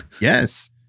Yes